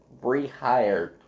Rehired